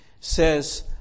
says